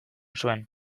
zuen